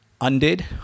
undid